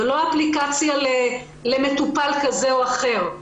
זו לא אפליקציה למטופל כזה או אחר,